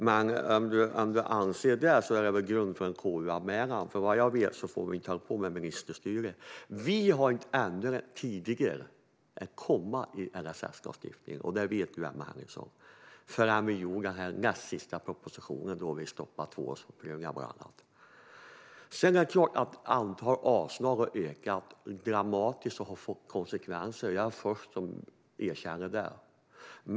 Men om du anser detta är det väl grund för en KU-anmälan, för vad jag vet får vi inte hålla på med ministerstyre. Vi ändrade inte ett komma i LSS-lagstiftningen - och det vet du, Emma Henriksson - förrän i den näst sista propositionen, då vi bland annat stoppade tvåårsomprövningarna. Sedan är det klart att antalet avslag har ökat dramatiskt, och det har fått konsekvenser. Jag är den första att erkänna det.